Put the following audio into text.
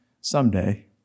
someday